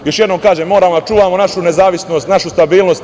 Još jednom kažemo, moramo da čuvamo našu nezavisnost, našu stabilnost.